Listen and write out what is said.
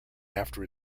after